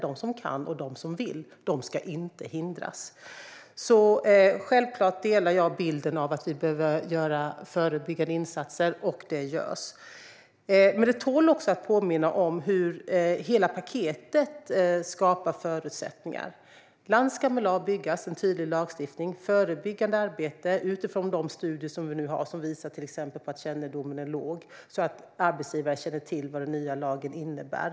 De som kan och vill ska inte hindras. Självklart delar jag uppfattningen att vi behöver göra förebyggande insatser, och det görs. Men det tål också att påminna om hur hela paketet skapar förutsättningar. Land ska med lag byggas. Det handlar om en tydlig lagstiftning och om förebyggande arbete utifrån de studier som till exempel visar att kännedomen är låg, så att arbetsgivare känner till vad den nya lagen innebär.